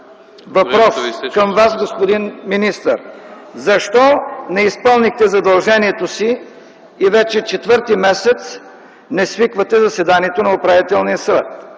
въпрос към Вас, господин министър: защо не изпълнихте задължението си и вече четвърти месец не свиквате заседанието на управителния съвет?